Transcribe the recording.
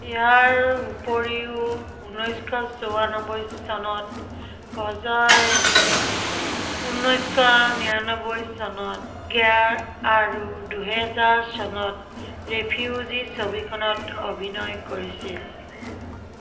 ইয়াৰ উপৰিও ঊনৈছশ চৌৰান্নবৈ চনত অজয় ঊনৈছশ নিৰান্নবৈ চনত গেয়াৰ আৰু দুহেজাৰ চনত ৰেফিউজী ছবিখনত অভিনয় কৰিছিল